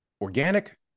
organic